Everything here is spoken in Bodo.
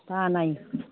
बानाय